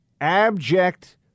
abject